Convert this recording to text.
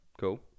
Cool